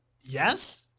yes